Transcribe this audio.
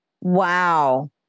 Wow